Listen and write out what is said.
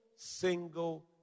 single